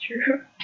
true